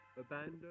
Abandon